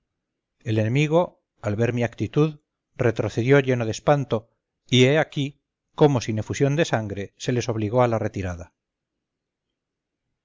el enemigo al ver mi actitud retrocedió lleno de espanto y he aquí cómo sin efusión de sangre se les obligó a la retirada